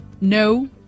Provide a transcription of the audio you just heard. No